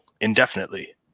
indefinitely